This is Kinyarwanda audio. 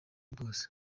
bwose